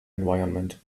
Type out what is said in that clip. environment